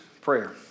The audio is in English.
Prayer